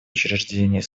учреждений